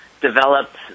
developed